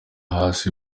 hasi